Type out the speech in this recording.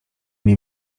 nie